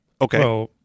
Okay